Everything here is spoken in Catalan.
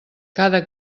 cada